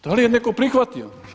Da li je netko prihvatio?